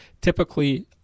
typically